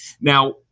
now